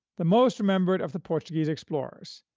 the most remembered of the portuguese explorers,